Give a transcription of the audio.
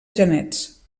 genets